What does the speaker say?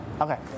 okay